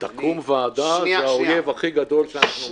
תקום ועדה זה האויב הכי גדול שאנחנו מכירים.